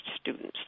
students